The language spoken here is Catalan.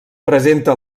presenta